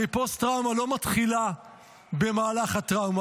הרי פוסט-טראומה לא מתחילה במהלך הטראומה,